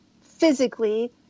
physically